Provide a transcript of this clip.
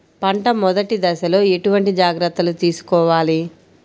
పంట మెదటి దశలో ఎటువంటి జాగ్రత్తలు తీసుకోవాలి?